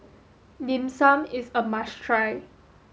dim sum is a must try